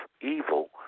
evil